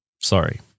Sorry